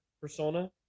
persona